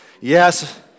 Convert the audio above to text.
Yes